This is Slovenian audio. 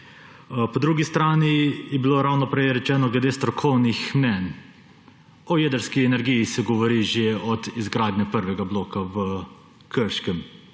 Po drugi strani je bilo ravno prej rečeno glede strokovnih mnenj. O jedrski energiji se govori že od izgradnje prvega bloka v Krškem,